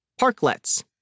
parklets